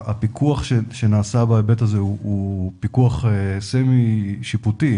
הפיקוח שנעשה בהיבט הזה הוא פיקוח סמי שיפוטי,